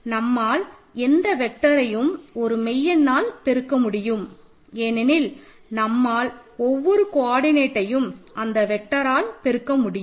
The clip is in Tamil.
நம்மால் எந்த வெக்டர்ரையும் ஒரு மெய் எண்னால் பெருக்க முடியும் ஏனெனில் நம்மால் ஒவ்வொரு கோஒர்டினட்டையும் அந்த வெக்டரால் ஆல் பெருக்க முடியும்